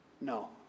no